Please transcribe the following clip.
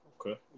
okay